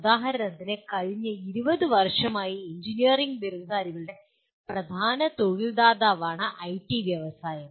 ഉദാഹരണത്തിന് കഴിഞ്ഞ 20 വർഷമായി എഞ്ചിനീയറിംഗ് ബിരുദധാരികളുടെ പ്രധാന തൊഴിൽ ദാതാവാണ് ഐടി വ്യവസായം